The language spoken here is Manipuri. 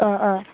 ꯑꯥ ꯑꯥ